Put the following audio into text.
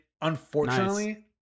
unfortunately